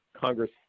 Congress